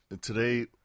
today